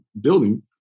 building